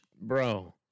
Bro